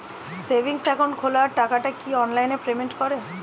Savings account খোলা টাকাটা কি অনলাইনে পেমেন্ট করে?